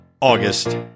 August